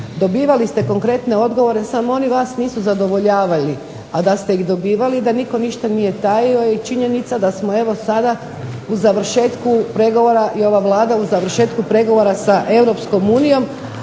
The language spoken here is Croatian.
Dobivali ste konkretne odgovore, samo oni vas nisu zadovoljavali, a da ste ih dobivali, da nitko ništa nije tajio je činjenica da smo evo sada u završetku pregovora i ova Vlada u završetku pregovora sa Europskom unijom.